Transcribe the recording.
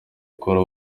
gukora